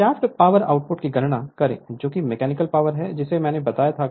shaft power output की गणना करें जो मैकेनिकल पावर है जिसे मैंने बताया था